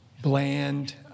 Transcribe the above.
bland